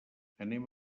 anem